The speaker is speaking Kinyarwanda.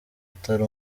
utari